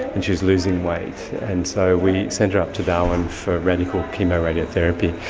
and she was losing weight. and so we sent her up to darwin for radical chemo radiotherapy,